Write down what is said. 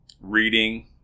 Reading